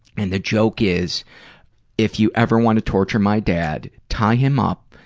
and the joke is if you ever want to torture my dad, tie him up,